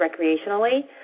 recreationally